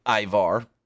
Ivar